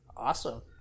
Awesome